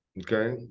okay